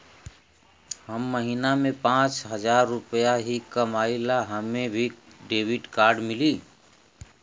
हम महीना में पाँच हजार रुपया ही कमाई ला हमे भी डेबिट कार्ड मिली?